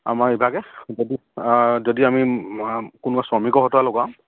আমাৰ ইভাগে যদি যদি আমি কোনো শ্ৰমিকৰ